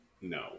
No